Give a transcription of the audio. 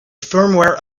firmware